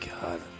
God